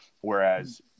whereas